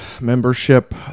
membership